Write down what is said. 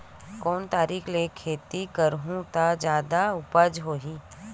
कोन तरीका ले खेती करहु त जादा उपज होही?